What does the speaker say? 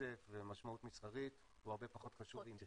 כסף ומשמעות מסחרית הוא הרבה פחות חשוב, אם בכלל.